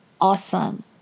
awesome